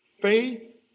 Faith